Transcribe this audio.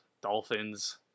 Dolphins